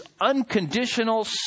unconditional